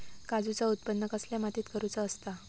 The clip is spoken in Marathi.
काजूचा उत्त्पन कसल्या मातीत करुचा असता?